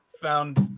found